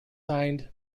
signed